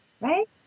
right